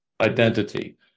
identity